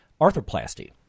arthroplasty